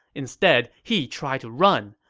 instead, he tried to run,